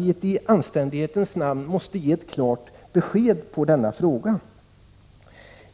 I anständighetens namn måste folkpartiet ge ett klart besked på denna fråga.